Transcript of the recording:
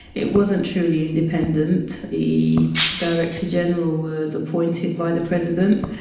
it wasn't truly independent. the director general was appointed by the president.